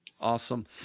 Awesome